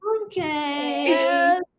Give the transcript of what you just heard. okay